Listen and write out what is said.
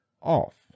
off